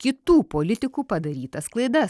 kitų politikų padarytas klaidas